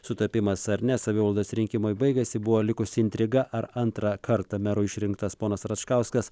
sutapimas ar ne savivaldos rinkimai baigėsi buvo likusi intriga ar antrą kartą meru išrinktas ponas račkauskas